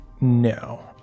No